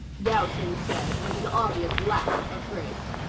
dowson said with an obvious lack of grace.